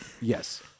Yes